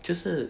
就是